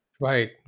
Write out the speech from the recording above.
Right